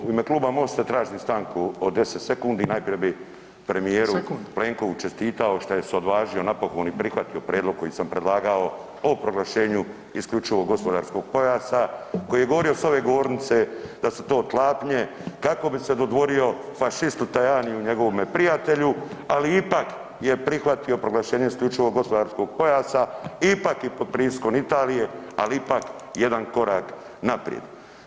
U ime Kluba MOST-a tražim stanku od 10 sekundi, najprije bi premijeru [[Upadica: Sekundi?]] Plenkoviću čestitao što je se odvažio napokon i prihvatio prijedlog koji sam predlagao o proglašenju isključivog gospodarskog pojasa, koji je govorio s ove govornice da su to tlapnje kako bi se dodvorio fašistu Tajaniju i njegovome prijatelju, ali ipak je prihvatio proglašenje isključivog gospodarskog pojasa, ipak i pod pritiskom Italije, ali ipak jedan korak naprijed.